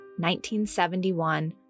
1971